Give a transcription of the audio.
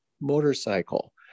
motorcycle